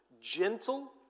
gentle